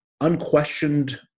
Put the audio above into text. unquestioned